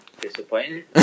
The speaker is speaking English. disappointing